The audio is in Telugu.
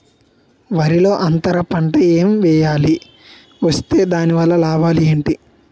వరిలో అంతర పంట ఎం వేయాలి? వేస్తే దాని వల్ల లాభాలు ఏంటి?